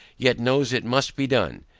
yet knows it must be done,